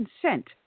consent